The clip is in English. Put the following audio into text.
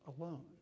alone